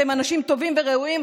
שהם אנשים טובים וראויים,